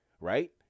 right